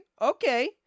okay